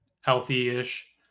healthy-ish